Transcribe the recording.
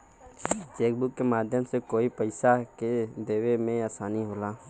chequebook के माध्यम से कोई के पइसा देवे में आसानी होला